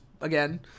again